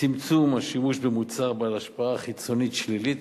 צמצום השימוש במוצר בעל השפעה חיצונית שלילית,